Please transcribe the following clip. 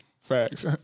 Facts